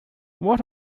what